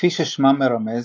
כפי ששמם מרמז,